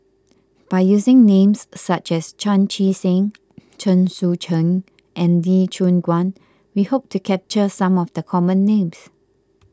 by using names such as Chan Chee Seng Chen Sucheng and Lee Choon Guan we hope to capture some of the common names